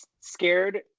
scared